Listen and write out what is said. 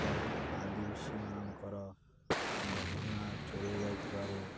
ଏବଂ ଆଦିବାସୀମାନଙ୍କର ଗହଣା ଚରି ଯାଇଥିବାରୁ